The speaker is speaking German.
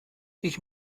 ich